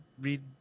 read